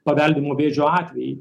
paveldimo vėžio atvejai